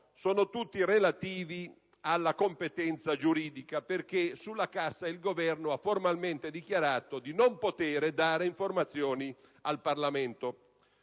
sono tutti relativi alla competenza giuridica, perché sulla cassa il Governo ha formalmente dichiarato di non poter dare informazioni al Parlamento.